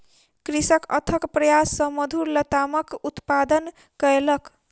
कृषक अथक प्रयास सॅ मधुर लतामक उत्पादन कयलक